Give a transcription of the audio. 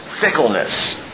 fickleness